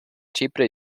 chipre